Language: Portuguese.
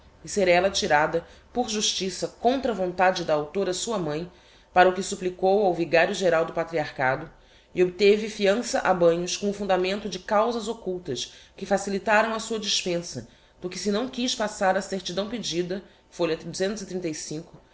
e ser ella tirada por justiça contra vontade da a sua mãi para o que supplicou ao vigario geral do patriarchado e obteve fiança a banhos com o fundamento de causas occultas que facilitaram a sua dispensa do que se não quiz passar a certidão pedida fl